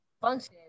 functions